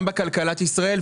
גם בכלכלת ישראל,